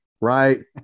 right